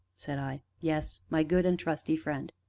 said i yes, my good and trusty friend.